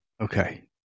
Okay